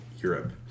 Europe